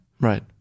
Right